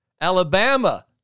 Alabama